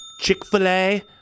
Chick-fil-A